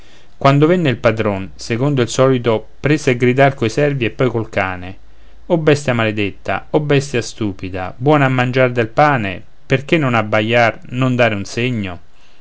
quando venne il padron secondo il solito prese a gridar coi servi e poi col cane o bestia maledetta o bestia stupida buona a mangiar del pane perché non abbaiar non dare un segno